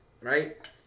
right